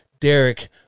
Derek